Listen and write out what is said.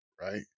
right